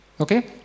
Okay